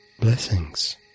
Blessings